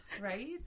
Right